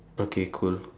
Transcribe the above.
okay cool